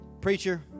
Preacher